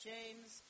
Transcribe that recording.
James